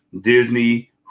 Disney